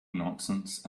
nonsense